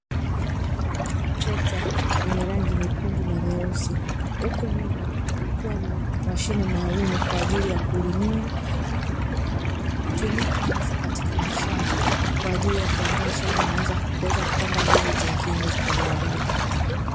Trekta lenye rangi nyekundu na nyeusi, huku nyuma ikiwa na mashine maalumu kwa ajili ya kulimia, hutumika hasa katika mashamba kwa ajili ya kuandaa shamba na kuweza kupanda mbegu zingine kwa baadae.